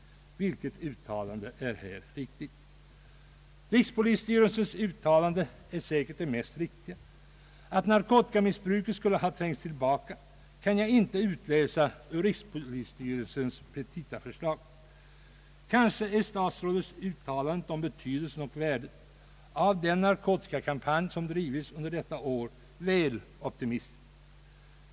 Vilket uttalande är riktigt? Rikspolisstyrelsens uttalande är säkert det mest riktiga. Att narkotikamissbruket skulle ha trängts tillbaka kan jag inte utläsa ur rikspolisstyrelsens petitaförslag. Kanske är statsrådets uttalande om betydelsen och värdet av den narkotikakampanj som drivits under detta år väl optimistiskt.